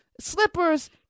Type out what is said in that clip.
slippers